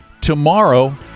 tomorrow